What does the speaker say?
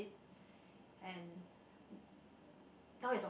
it and now it's Oc~